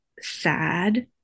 sad